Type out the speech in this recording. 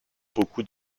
beaucoup